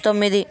తొమ్మిది